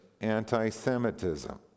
anti-Semitism